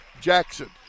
Jackson